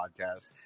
Podcast